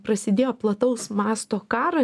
prasidėjo plataus masto karas